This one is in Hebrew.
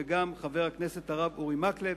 וחבר הכנסת הרב אורי מקלב.